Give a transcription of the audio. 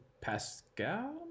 pascal